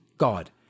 God